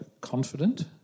confident